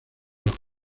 los